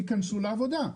ייכנסו לעבודה.